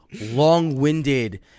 long-winded